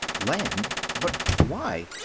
land? but why?